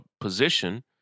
position